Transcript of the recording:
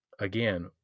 again